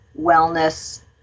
wellness